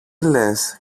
λες